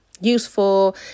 useful